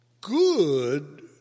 good